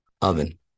Oven